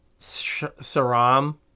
saram